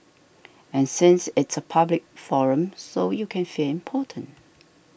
and since it's a public forum so you can feel important